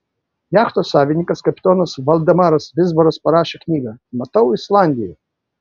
jachtos savininkas kapitonas valdemaras vizbaras parašė knygą matau islandiją